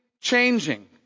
changing